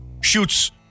shoots